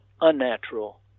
unnatural